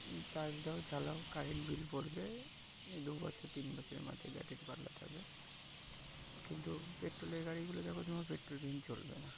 charge দাও চালাও current bill পড়বে দু বছর তিন বছরের মাথায় ব্যাটারি পালটাতে হবে কিন্তু পেট্রোলের গাড়িগুলো দেখো তোমার পেট্রোল বিনা চলবে না